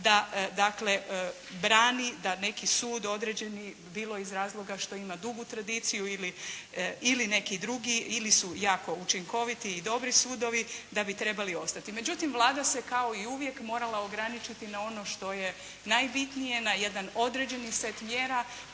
da dakle brani da neki sud određeni bilo iz razloga što ima dugu tradiciju ili neki drugi, ili su jako učinkoviti i dobri sudovi da bi trebali ostati. Međutim Vlada se kao i uvijek morala ograničiti na ono što je najbitnije, na jedan određeni set mjera